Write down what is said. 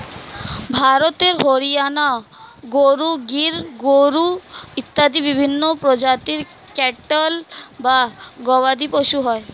ভারতে হরিয়ানা গরু, গির গরু ইত্যাদি বিভিন্ন প্রজাতির ক্যাটল বা গবাদিপশু হয়